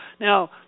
Now